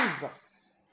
Jesus